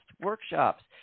workshops